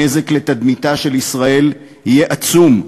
הנזק לתדמיתה של ישראל יהיה עצום,